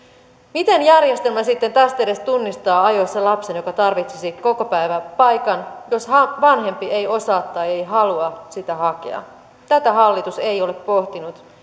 miten järjestelmä sitten tästedes tunnistaa ajoissa lapsen joka tarvitsisi kokopäiväpaikan jos vanhempi ei osaa tai ei halua sitä hakea tätä hallitus ei ole pohtinut